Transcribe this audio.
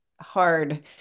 hard